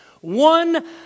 one